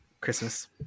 Christmas